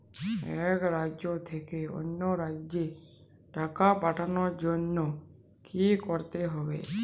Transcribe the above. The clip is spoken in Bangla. এক রাজ্য থেকে অন্য রাজ্যে টাকা পাঠানোর জন্য কী করতে হবে?